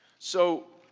so,